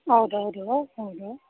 ಹೌದೌದು ಹೌದು